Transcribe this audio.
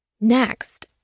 Next